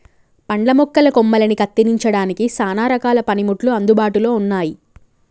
పండ్ల మొక్కల కొమ్మలని కత్తిరించడానికి సానా రకాల పనిముట్లు అందుబాటులో ఉన్నాయి